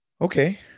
okay